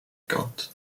kant